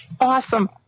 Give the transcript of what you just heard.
Awesome